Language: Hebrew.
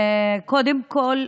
קודם כול,